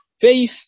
Faith